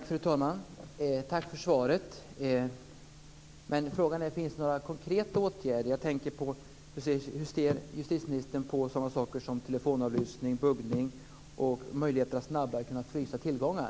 Fru talman! Tack för svaret. Frågan är om det finns några konkreta åtgärder. Jag undrar hur justitieministern ser på sådana saker som telefonavlyssning, buggning och möjligheter att snabbare kunna frysa tillgångar.